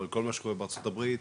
אבל כל מה שקורה בארצות הברית,